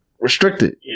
restricted